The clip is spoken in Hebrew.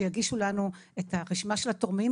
שיגישו לנו את הרשימה של התורמים,